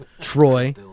Troy